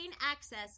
access